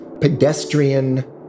pedestrian